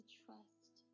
trust